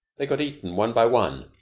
they got eaten one by one,